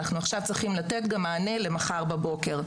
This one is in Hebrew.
אנחנו עכשיו צריכים לתת גם מענה למחר בבוקר.